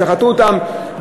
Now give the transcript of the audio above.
שחטו אותם,